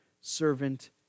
servant